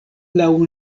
laŭ